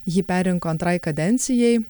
jį perrinko antrai kadencijai